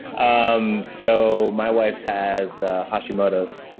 um so, my wife has hashimoto's,